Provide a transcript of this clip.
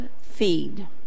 feed